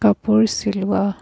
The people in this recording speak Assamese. কাপোৰ চিলোৱা